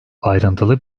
ayrıntılı